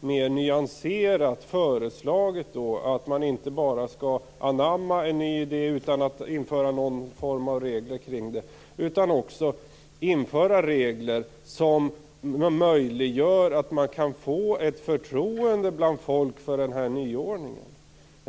mer nyanserat har föreslagit att man inte bara skall anamma en ny idé, utan att införa någon form av regler kring detta, utan också skall införa regler som möjliggör ett förtroende bland folk för nyordningen.